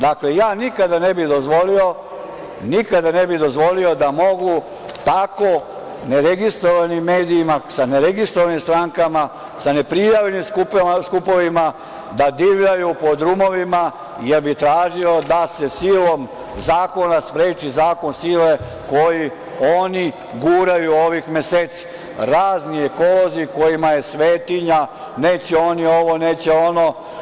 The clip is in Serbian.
Dakle, ja nikada ne bih dozvolio da mogu tako neregistrovanim medijima, sa neregistrovanim strankama, sa neprijavljenim skupovima, da divljaju po drumovima, jer bih tražio da se silom zakona spreči zakon sile koji oni guraju ovih meseci, razni ekolozi kojima je svetinja – neće oni ovo, neće ono.